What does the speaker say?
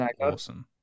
awesome